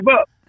up